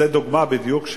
זו דוגמה בדיוק,